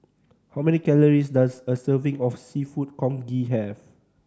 how many calories does a serving of Seafood Congee have